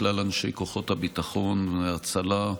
את כלל אנשי כוחות הביטחון, ההצלה,